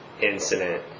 incident